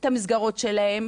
את המסגרות שלהם,